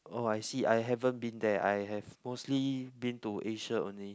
oh I see I haven't been there I have mostly been to Asia only